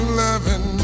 loving